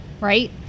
right